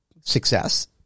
success